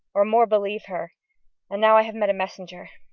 or more believe her and now i have met a messenger,